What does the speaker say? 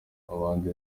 abandi